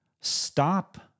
stop